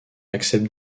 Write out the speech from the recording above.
accepte